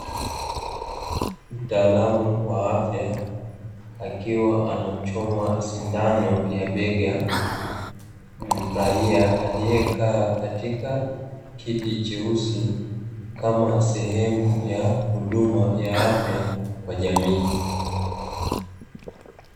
Mtaalam wa afya akiwa anamchoma sindano ya bega raia aliyekaa katika kiti cheusi kama sehemu ya huduma ya afya kwa jamii.